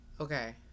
Okay